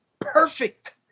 perfect